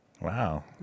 Wow